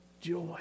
joy